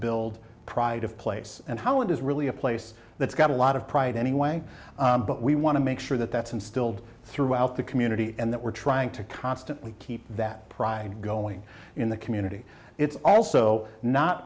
build pride of place and how it is really a place that's got a lot of pride anyway but we want to make sure that that's instilled throughout the community and that we're trying to constantly keep that pride going in the community it's also not